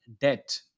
debt